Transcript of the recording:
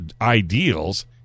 ideals